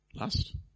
Last